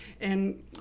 and-